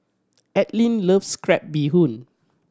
Allean loves crab bee hoon